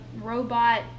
robot